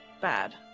bad